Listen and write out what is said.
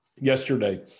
Yesterday